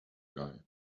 guy